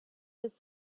his